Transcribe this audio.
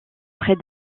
près